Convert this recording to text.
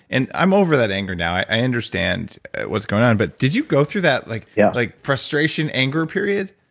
and i'm over that anger now, i understand what's going on, but did you go through that like yeah like frustration, anger period?